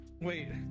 Wait